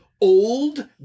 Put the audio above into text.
Old